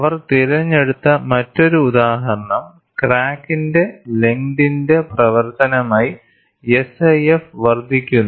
അവർ തിരഞ്ഞെടുത്ത മറ്റൊരു ഉദാഹരണം ക്രാക്കിന്റെ ലെങ്തിന്റെ പ്രവർത്തനമായി SIF വർദ്ധിക്കുന്നു